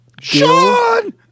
Sean